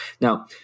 Now